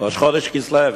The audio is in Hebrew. ראש חודש כסלו.